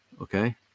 okay